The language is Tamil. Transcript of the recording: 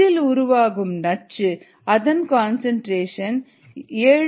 இதில் உருவாகும் நச்சு அதன் கன்சன்ட்ரேஷன் 7